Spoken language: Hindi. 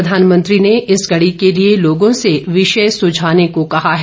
प्रधानमंत्री ने इस कड़ी के लिए लोगों से विषय सुझाने को कहा है